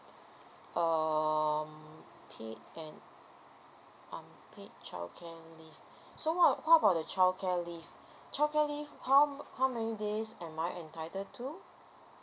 um paid and unpaid childcare leave so what what about the childcare leave childcare leave how how many days am I entitle to